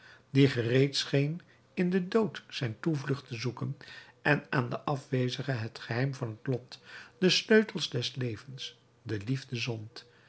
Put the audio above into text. die gereed scheen in den dood zijn toevlucht te zoeken en aan de afwezige het geheim van het lot den sleutel des levens de liefde zond